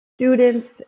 students